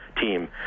team